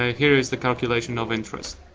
ah here is the calculation of interest